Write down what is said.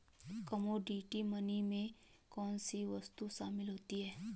Commodity money में कौन सी वस्तुएं शामिल होती हैं?